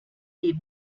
est